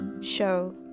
show